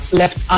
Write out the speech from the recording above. left